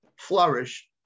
flourish